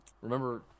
Remember